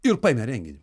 ir paėmė renginį